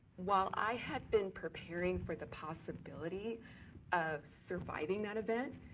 while i had been preparing for the possibility of surviving that event,